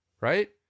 right